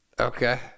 Okay